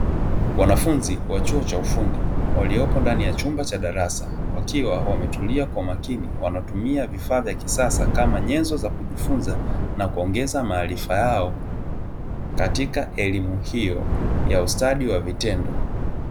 Wanafunzi wa chuo cha ufundi waliopo ndani ya chumba cha darasa wakiwa limetilia kwa makini, wanatumia vifaa vya kisasa kama nyenzo za kujifunza na kuongoza maarifa yao katika elimu hiyo ya ustadi wa vitendo.